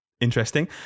interesting